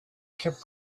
kept